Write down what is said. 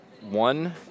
one